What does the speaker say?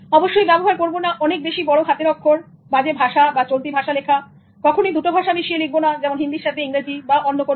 অবশ্যই ব্যবহার করব না অনেক বেশি বড় হাতের অক্ষর বাজে ভাষা বা চলতি ভাষা লেখা কখনোই দুটো ভাষা মিশিয়ে লিখবোনা যেমন হিন্দির সাথে ইংরেজি বা অন্য কোনোও